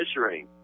measuring